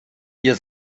ihr